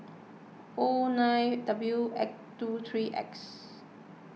O nine W two three X